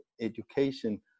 education